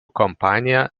kompanija